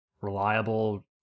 reliable